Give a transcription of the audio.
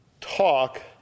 talk